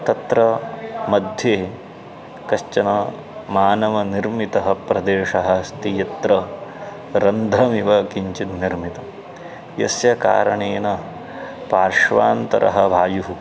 तत्र मध्ये कश्चन मानवनिर्मितः प्रदेशः अस्ति यत्र रन्ध्रमिव किञ्चित् निर्मितं यस्य कारणेन पार्श्वान्तरः वायुः